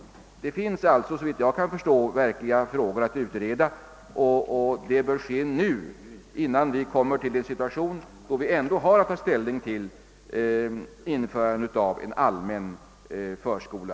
Enligt min mening finns det alltså konkreta frågor att utreda, och de bör utredas nu, innan vi hamnar i den situationen att vi måste ta ställning till införandet av en allmän förskola.